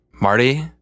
Marty